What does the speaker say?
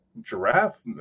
giraffe